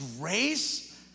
grace